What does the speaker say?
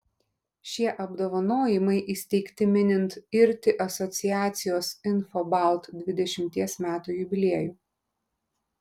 šie apdovanojimai įsteigti minint irti asociacijos infobalt dvidešimties metų jubiliejų